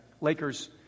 Lakers